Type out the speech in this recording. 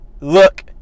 look